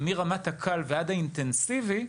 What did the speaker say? מרמת הקל ועד האינטנסיבי,